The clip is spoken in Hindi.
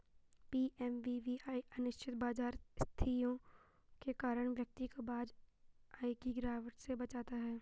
पी.एम.वी.वी.वाई अनिश्चित बाजार स्थितियों के कारण व्यक्ति को ब्याज आय की गिरावट से बचाता है